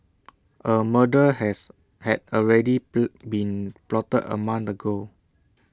A murder has had already be been plotted A month ago